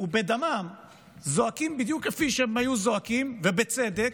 ובדמם זועקים בדיוק כפי שהם היו זועקים, ובצדק,